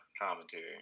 commentary